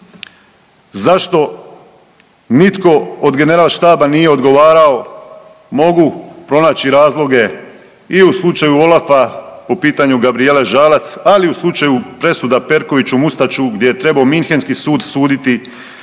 Zašto nitko od general štaba nije odgovarao, mogu pronaći razloge i u slučaju OLAF-a po pitanju Gabrijele Žalac, ali i u slučaju presuda Perkoviću, Mustaću, gdje je trebao minhenski sud suditi,